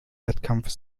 wettkampf